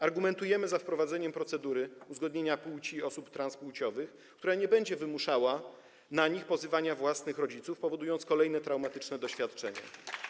Argumentujemy za wprowadzeniem procedury uzgodnienia płci osób transpłciowych, która nie będzie wymuszała na nich pozywania własnych rodziców, bowiem powoduje to kolejne traumatyczne doświadczenia.